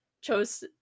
chose